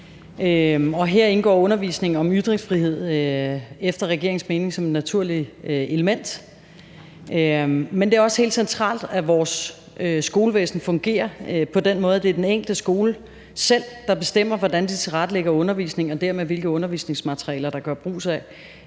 Her indgår undervisning om ytringsfrihed efter regeringens mening som et naturligt element. Men det er også helt centralt, at vores skolevæsen fungerer på den måde, at det er den enkelte skole, der selv bestemmer, hvordan de tilrettelægger undervisningen, og dermed hvilke undervisningsmaterialer der gøres brug af